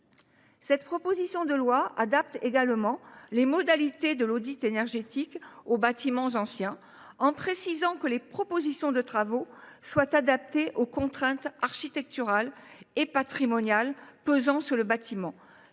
Cette proposition de loi adapte également les modalités de l’audit énergétique aux bâtiments anciens, en imposant que les propositions de travaux soient adaptées aux contraintes architecturales et patrimoniales pesant sur l’édifice